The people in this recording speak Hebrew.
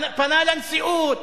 פנה לנשיאות